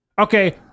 Okay